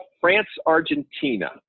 France-Argentina